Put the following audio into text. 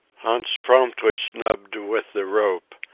hans promptly snubbed with the rope,